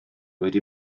wedi